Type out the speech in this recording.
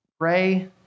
Pray